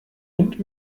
und